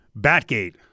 Batgate